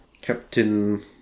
captain